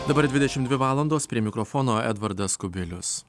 dabar dvidešimt dvi valandos prie mikrofono edvardas kubilius